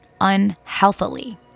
unhealthily